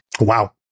Wow